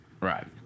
Right